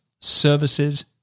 services